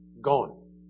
gone